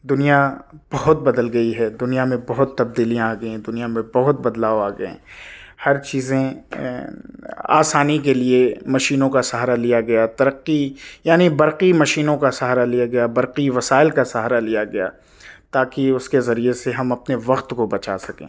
دنیا بہت بدل گئی ہے دنیا میں بہت تبدیلیاں آ گئی ہیں دنیا میں بہت بدلاؤ آ گیے ہیں ہر چیزیں آسانی کے لیے مشینوں کا سہارا لیا گیا ترقی یعنی برقی مشینوں کا سہارا لیا گیا برقی وسائل کا سہارا لیا گیا تاکہ اس کے ذریعے سے ہم اپنے وقت کو بچا سکیں